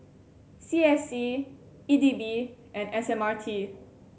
C S C E D B and S M R T